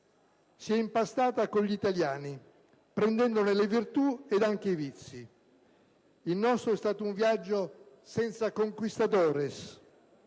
si è impastata con gli italiani, prendendone le virtù ed anche i vizi. Il nostro è stato un viaggio senza *conquistadores*: